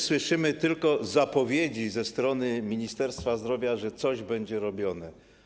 Słyszymy tylko zapowiedzi ze strony Ministerstwa Zdrowia, że coś będzie robione.